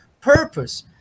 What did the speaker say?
Purpose